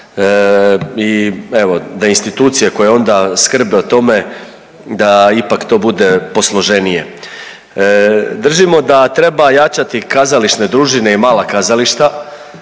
I evo da institucije koje onda skrbe o tome da ipak to bude posloženije. Držimo da treba jačati kazališne družine i mala kazališta.